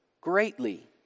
greatly